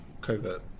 covert